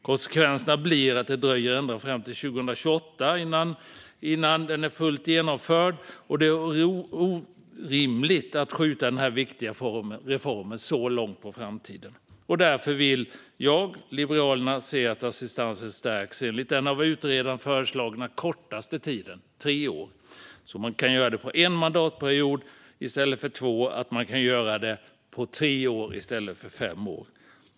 Konsekvensen blir att det dröjer ända till 2028 innan den är fullt genomförd, och det är orimligt att skjuta denna viktiga reform så långt på framtiden. Därför vill jag och Liberalerna se att assistansen stärks enligt den av utredaren föreslagna kortaste tiden, nämligen tre år. Då kan man göra detta på en mandatperiod i stället för två och på tre år i stället för fem år.